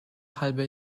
halbe